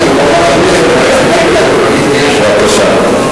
לא הייתי מדבר אם, אבל אם יש מקום, בבקשה.